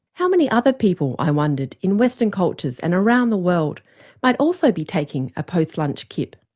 how many other people i wondered in western cultures and around the world might also be taking a post-lunch kip?